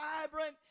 vibrant